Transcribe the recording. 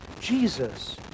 Jesus